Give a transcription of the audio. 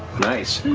nice.